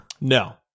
No